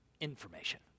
information